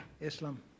Islam